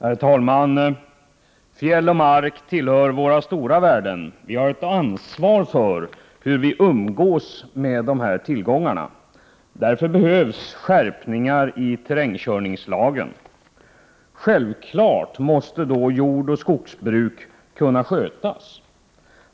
Herr talman! Fjäll och mark tillhör våra stora värden. Vi har ett ansvar för hur vi umgås med dessa tillgångar. Därför behövs skärpningar i terrängkörningslagen. Självfallet måste jordoch skogsbruk kunna skötas.